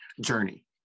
journey